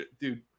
dude